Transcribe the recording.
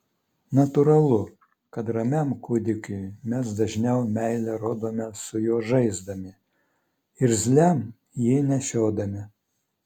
natūralu kad ramiam kūdikiui mes dažniau meilę rodome su juo žaisdami irzliam jį nešiodami